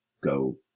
go